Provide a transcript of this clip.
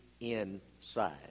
inside